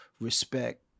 respect